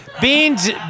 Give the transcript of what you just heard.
Beans